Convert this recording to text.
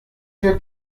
wir